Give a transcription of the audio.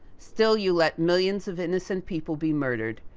still, you let millions of innocent people be murdered.